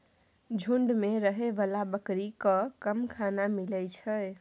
झूंड मे रहै बला बकरी केँ कम खाना मिलइ छै